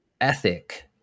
ethic